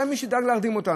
היה מי שדאג להרדים אותנו.